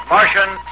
Martian